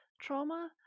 trauma